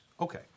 Okay